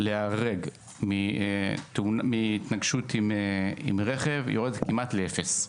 להיהרג מהתנגשות עם רכב יורד כמעט לאפס.